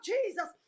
Jesus